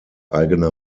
eigener